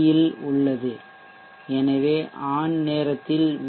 யில் உள்ளது எனவே ஆன் நேரத்தில் வி